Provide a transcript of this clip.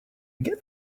get